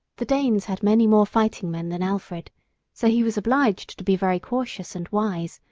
the danes had many more fighting men than alfred so he was obliged to be very cautious and wise,